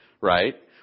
Right